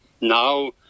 now